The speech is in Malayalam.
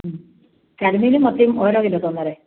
മ്മ് കരിമീനും മത്തിയും ഓരോ കിലോ തന്നേരെ